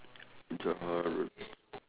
Johor road